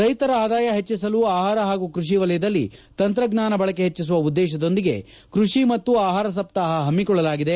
ರೈತರ ಆದಾಯ ಪೆಜ್ಜಿಸಲು ಆಹಾರ ಹಾಗೂ ಕೃಷಿ ವಲಯದಲ್ಲಿ ತಂತ್ರಜ್ಞಾನ ಬಳಕೆ ಹೆಜ್ಜಿಸುವ ಉದ್ದೇಶದೊಂದಿಗೆ ಕೃಷಿ ಮತ್ತು ಆಹಾರ ಸಪ್ತಾಪ ಹಮ್ನೊಳ್ಳಲಾಗಿದೆ